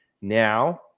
Now